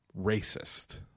racist